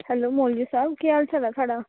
hello मौलवी साहब केह् हाल चाल थुआढ़ा